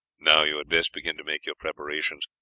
now you had best begin to make your preparations.